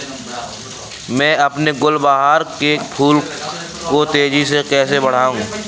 मैं अपने गुलवहार के फूल को तेजी से कैसे बढाऊं?